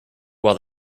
while